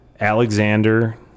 Alexander